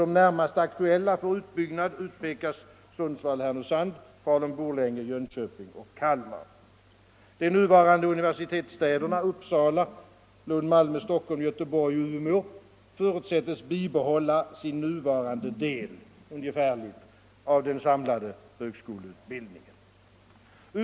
Som närmast aktuella för utbyggnad utpekas Sundsvall Borlänge, Jönköping och Kalmar. De nuvarande universitetsstäderna Uppsala, Lund, Malmö, Stockholm, Göteborg och Umeå förutsätts bibehålla ungefär sin nuvarande del av den samlade högskoleutbildningen.